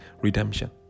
redemption